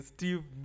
Steve